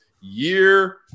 year